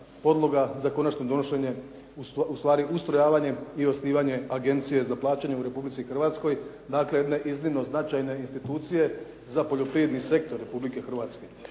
podloga za konačno donošenje ustvari ustrojavanje i osnivanje agencije za plaćanje u Republici Hrvatskoj, dakle jedne iznimno značajne institucije za poljoprivredni sektor Republike Hrvatske.